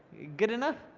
good enough?